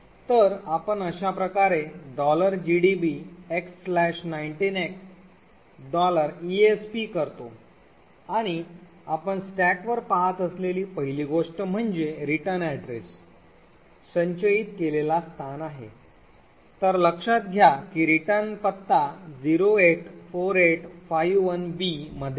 तर आपण अश्याप्रकारे gdb x19x esp करतो आणि आपण स्टॅकवर पहात असलेली पहिली गोष्ट म्हणजे रिटर्न पत्ता संचयित केलेला स्थान आहे तर लक्षात घ्या की रिटर्न पत्ता 084851b मध्ये आहे